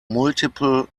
multiple